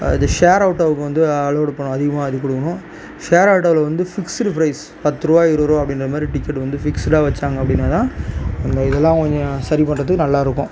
அது ஷேர் ஆட்டோவுக்கு வந்து அலோடு ப அதிகமாக இது கொடுக்கணும் ஷேர் ஆட்டோவில வந்து ஃபிக்ஸுடு ப்ரைஸ் பத்துரூவா இருபதுரூவா அப்படின்ற மாதிரி டிக்கெட் வந்து ஃபிக்ஸ்டாக வச்சாங்க அப்படினாதான் அந்த இதெல்லாம் கொஞ்சம் சரி பண்ணுறதுக்கு நல்லாருக்கும்